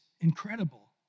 incredible